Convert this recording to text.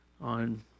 on